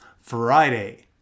Friday